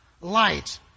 light